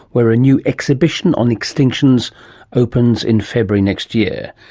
where a new exhibition on extinctions opens in february next year.